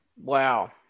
Wow